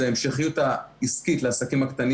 היא המשכיות העסקית לעסקים הקטנים